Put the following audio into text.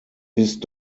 ist